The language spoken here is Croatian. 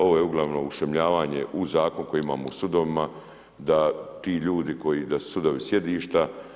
Ovo je ugl. ušumljavanje u zakon koji imamo u sudovima, da ti ljudi, koji da su sudovi sjedišta.